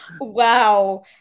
Wow